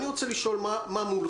אני רוצה לשאול מה מולכם,